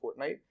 Fortnite